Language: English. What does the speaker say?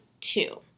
two